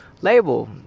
label